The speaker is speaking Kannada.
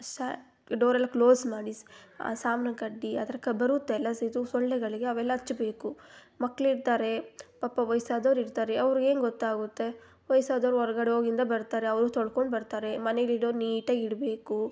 ಸಾ ಡೋರೆಲ್ಲ ಕ್ಲೋಸ್ ಮಾಡಿ ಸ್ ಆ ಸಾಮ್ನ ಕಡ್ಡಿ ಅದ್ರ ಕ ಬರುತ್ತೆ ಎಲ್ಲ ಸ್ ಇದು ಸೊಳ್ಳೆಗಳಿಗೆ ಅವೆಲ್ಲ ಹಚ್ಬೇಕು ಮಕ್ಕಳಿರ್ತಾರೆ ಪಾಪ ವಯ್ಸಾದೋರಿರ್ತಾರೆ ಅವ್ರಿಗೇನ್ ಗೊತ್ತಾಗುತ್ತೆ ವಯ್ಸಾದವ್ರು ಹೊರ್ಗಡೆ ಹೋಗಿಂದ ಬರ್ತಾರೆ ಅವರೂ ತೊಳ್ಕೊಂಡು ಬರ್ತಾರೆ ಮನೆಲಿದೋರ್ ನೀಟಾಗಿ ಇಡಬೇಕು